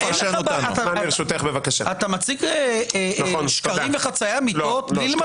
אתה מציג שקרים וחצאי אמיתות בלי למצמץ.